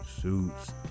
suits